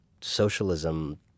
socialism